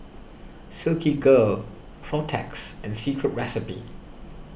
Silkygirl Protex Secret Recipe